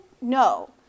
No